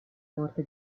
morte